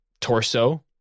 torso